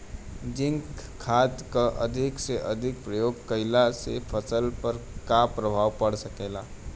Zinc खाद क अधिक से अधिक प्रयोग कइला से फसल पर का प्रभाव पड़ सकेला?